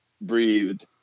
breathed